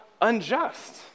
unjust